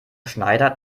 schneider